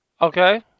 Okay